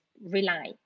rely